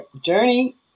journey